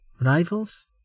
Rivals